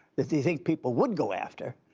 that you think people would go after,